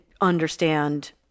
understand